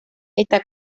está